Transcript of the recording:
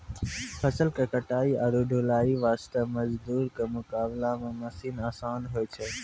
फसल के कटाई आरो ढुलाई वास्त मजदूर के मुकाबला मॅ मशीन आसान होय छै